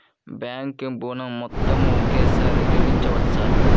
Bank ఋణం మొత్తము ఒకేసారి చెల్లించవచ్చా?